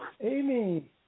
Amy